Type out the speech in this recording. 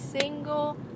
single